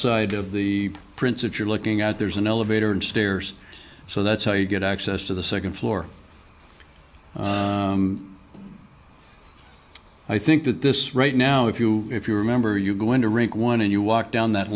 side of the prince if you're looking at there's an elevator and stairs so that's how you get access to the second floor i think that this right now if you if you remember you going to rick one and you walk down that